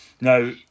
Now